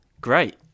great